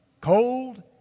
cold